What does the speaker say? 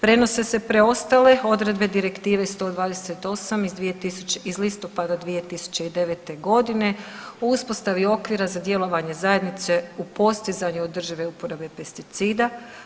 Prenose se preostale odredbe Direktive 128 iz listopada 2009. godine u uspostavi okvira za djelovanje zajednice u postizanju održive uporabe pesticida.